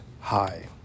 High